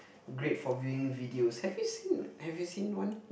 great for viewing videos have you seen have you seen one